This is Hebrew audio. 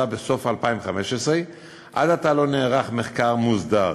בסוף שנת 2015. עד עתה לא נערך מחקר מוסדר,